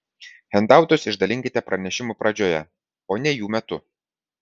hendautus išdalinkite pranešimų pradžioje o ne jų metu